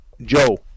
Joe